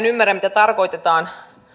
ymmärrä mitä tarkoitetaan